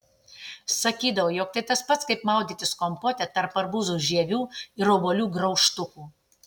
sakydavo jog tai tas pats kaip maudytis kompote tarp arbūzų žievių ir obuolių graužtukų